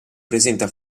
presenta